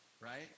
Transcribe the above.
right